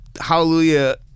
Hallelujah